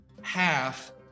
half